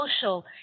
social